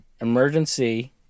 emergency